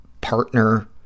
partner